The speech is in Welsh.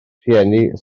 rheini